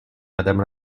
madame